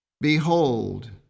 Behold